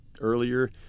earlier